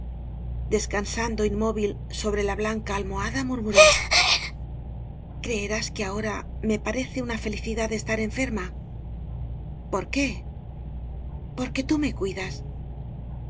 cansando inmóvil sobre la blanca almohada murmuró creerás que ahora me parece una feli cidad estar enferma por qué por qué tú me cuidas